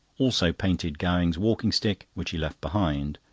also painted gowing's walking-stick, which he left behind,